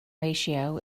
ratio